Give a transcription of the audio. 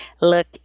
look